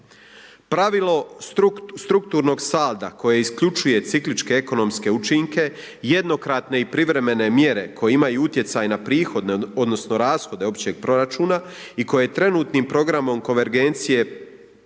Pravilo strukturnog salda koji isključuje cikličke ekonomske učinke jednokratne i privremene mjere koje imaju utjecaj na prihode odnosno rashode općeg proračuna i koje trenutnim programom konvergencije